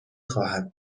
خواهد